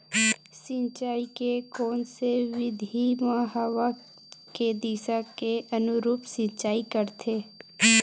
सिंचाई के कोन से विधि म हवा के दिशा के अनुरूप सिंचाई करथे?